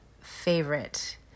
favorite